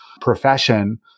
profession